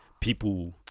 people